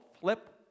Flip